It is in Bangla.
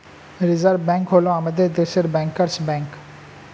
রিজার্ভ ব্যাঙ্ক হল আমাদের দেশের ব্যাঙ্কার্স ব্যাঙ্ক